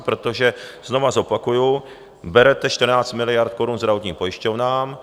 Protože, znovu zopakuju, berete 14 miliard korun zdravotním pojišťovnám.